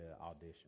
audition